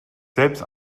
selbst